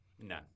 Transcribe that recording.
None